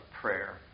prayer